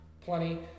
plenty